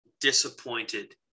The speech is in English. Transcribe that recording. disappointed